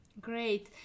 Great